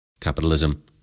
Capitalism